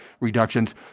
reductions